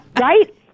Right